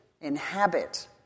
inhabit